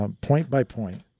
point-by-point